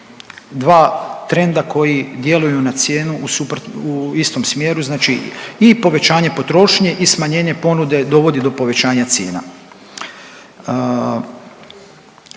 Dva trenda koji djeluju na cijenu u istom smjeru, znači i povećanje potrošnje i smanjenje ponude dovodi do povećanja cijena.